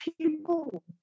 people